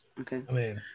Okay